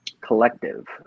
Collective